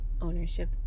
ownership